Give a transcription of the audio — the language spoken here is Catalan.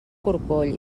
corcoll